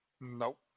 nope